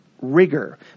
rigor